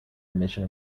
emission